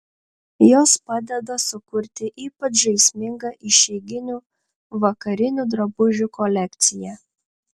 jos padeda sukurti ypač žaismingą išeiginių vakarinių drabužių kolekciją